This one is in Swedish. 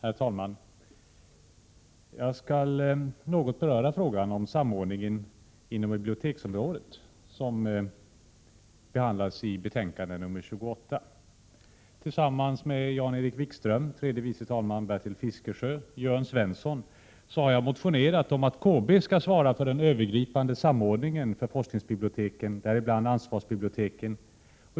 Herr talman! Jag skall något beröra frågan om samordningen inom biblioteksområdet som behandlas i betänkande 28. Tillsammans med Jan-Erik Wikström, tredje vice talman Bertil Fiskesjö och Jörn Svensson har jag motionerat om att KB skall svara för den övergripande samordningen av forskningsbiblioteken, däribland ansvarsbiblioteken.